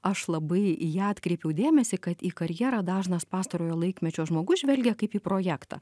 aš labai į ją atkreipiau dėmesį kad į karjerą dažnas pastarojo laikmečio žmogus žvelgia kaip į projektą